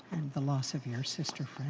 and the loss of your sister friend.